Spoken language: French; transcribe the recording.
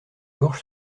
gorge